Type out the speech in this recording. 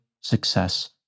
success